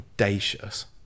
audacious